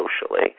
socially